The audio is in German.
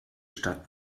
stadt